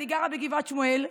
אני גרה בגבעת שמואל,